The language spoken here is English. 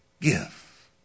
give